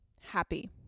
happy